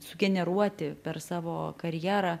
sugeneruoti per savo karjerą